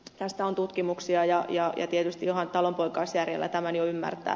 tästä on tutkimuksia ja tietysti ihan talonpoikaisjärjellä tämän jo ymmärtää